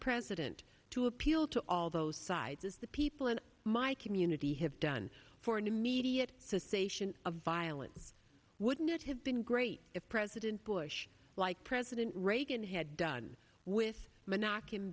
president to appeal to all those sides as the people in my community have done for an immediate cessation of violence wouldn't it have been great if president bush like president reagan had done with m